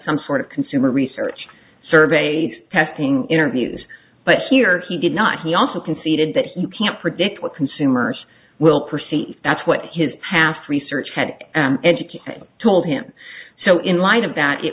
some sort of consumer research survey testing interviews but here he did not he also conceded that you can't predict what consumers will perceive that's what his past research had educated told him so in light of that it